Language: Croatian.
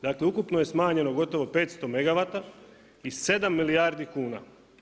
Dakle, ukupno je smanjeno gotovo 500 megavata, i 7 milijardi kuna.